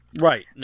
right